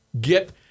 get